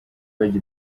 bagira